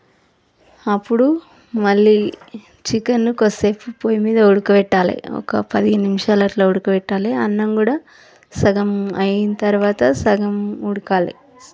అప్పుడు మళ్ళీ చికెన్ కొద్దిసేపు పొయ్యి మీద ఉడకపెట్టాలి ఒక పదిహేను నిమిషాలు అలా ఉడకపెట్టాలి అన్నం కూడా సగం అయిన తరువాత సగం ఉడకాలి